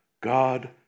God